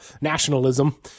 nationalism